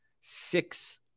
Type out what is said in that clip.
six